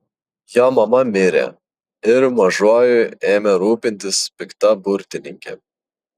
jo mama mirė ir mažuoju ėmė rūpintis pikta burtininkė